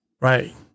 Right